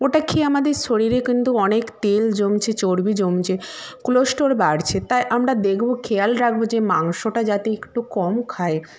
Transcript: ওটা খেয়ে আমাদের শরীরে কিন্তু অনেক তেল জমছে চর্বি জমছে কোলেস্টেরল বাড়ছে তাই আমরা দেখবো খেয়াল রাখবো যে মাংসটা যাতে একটু কম খাই